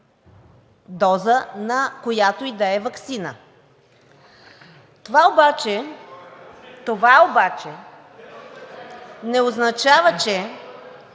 доза от която и да е ваксина. Това обаче не означава, че